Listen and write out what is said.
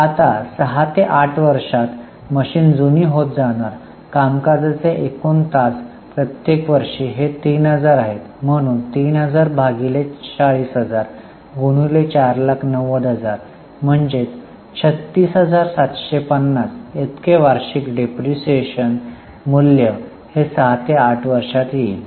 आता 6 ते 8 वर्षात मशीन जुनी होत जाणार कामकाजाचे एकूण तास प्रत्येक वर्षी हे 3000 आहे म्हणून 3000 भागिले 40000 गुणिले 490000 म्हणजे 36750 इतके वार्षिक डिप्रीशीएशन मूल्य 6 ते 8 वर्षात येईल